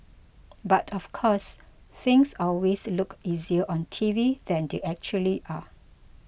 but of course things always look easier on TV than they actually are